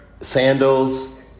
sandals